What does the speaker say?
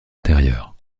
intérieurs